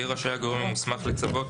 יהיה רשאי הגורם המוסמך לצוות,